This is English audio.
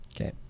Okay